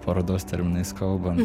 parodos terminais kalbant